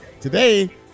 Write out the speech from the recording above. Today